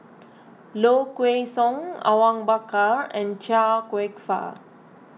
Low Kway Song Awang Bakar and Chia Kwek Fah